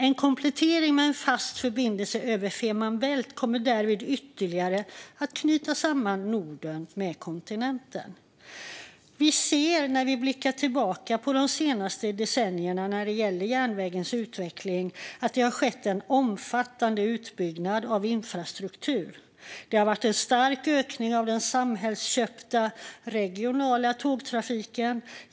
En komplettering med en fast förbindelse över Fehmarn Bält kommer därvid ytterligare att knyta samma Norden med kontinenten." När vi blickar tillbaka på järnvägens utveckling de senaste decennierna ser vi att det skett en omfattande utbyggnad av infrastruktur. Det har varit en stark ökning av den samhällsköpta regionala tågtrafiken.